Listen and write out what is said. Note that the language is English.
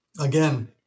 Again